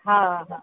हा हा